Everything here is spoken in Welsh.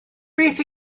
beth